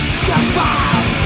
survive